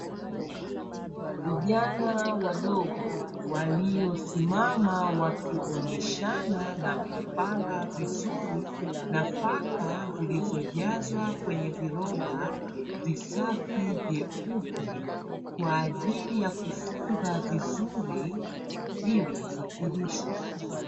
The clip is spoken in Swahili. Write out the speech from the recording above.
Vijana wadogo, waliosimama wakionyeshana na kupanga vizuri, nafaka zilizojazwa kwenye viroba visafi vyeupe kwa ajili ya kufunga vizuri ili kusafirishwa.